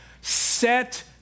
set